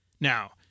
Now